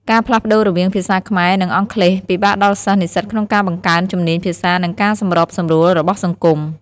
ការផ្លាស់ប្ដូរវាងភាសាខ្មែរ និងអង់គ្លេសពិបាកដល់សិស្សនិស្សិតក្នុងការបង្កើនជំនាញភាសានិងការសម្របសម្រួលរបស់សង្គម។